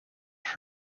that